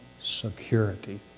security